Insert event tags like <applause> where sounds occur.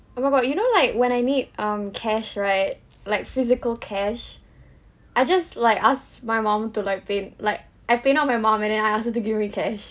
oh my god you know like when I need um cash right like physical cash <breath> I just like ask my mum to like pay like I paynow my mom and I ask her to give me cash